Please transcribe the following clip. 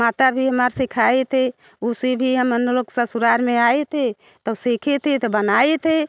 माता भी हमारी सिखाई थी उसे भी हम लोग ससुराल में आई थे तब सीखी थी तब बनाई थी